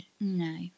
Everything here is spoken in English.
no